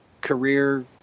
career